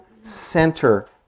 center